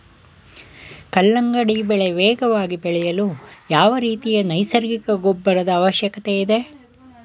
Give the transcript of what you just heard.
ಕಲ್ಲಂಗಡಿ ಬೆಳೆ ವೇಗವಾಗಿ ಬೆಳೆಯಲು ಯಾವ ರೀತಿಯ ನೈಸರ್ಗಿಕ ಗೊಬ್ಬರದ ಅವಶ್ಯಕತೆ ಇದೆ?